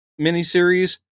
miniseries